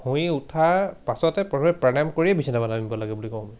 শুই উঠাৰ পাছতে প্ৰথমে প্ৰণায়ম কৰিয়েই বিচনা পা নামিব লাগে বুলি কওঁ মই